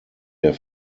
der